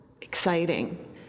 exciting